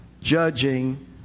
judging